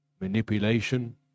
manipulation